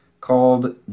called